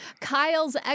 Kyle's